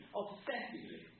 obsessively